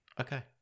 okay